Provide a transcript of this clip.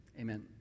Amen